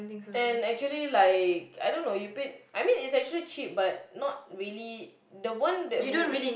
and actually like I don't know you paid I mean it's actually cheap but not really the one that who